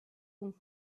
donc